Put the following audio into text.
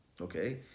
okay